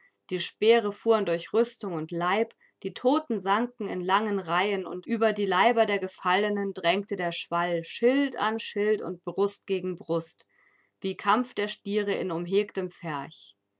die speere fuhren durch rüstung und leib die toten sanken in langen reihen und über die leiber der gefallenen drängte der schwall schild an schild und brust gegen brust wie kampf der stiere in umhegtem